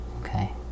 Okay